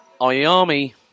Ayami